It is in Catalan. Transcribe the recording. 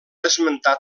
esmentar